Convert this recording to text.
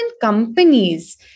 companies